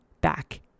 back